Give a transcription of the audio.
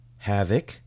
Havoc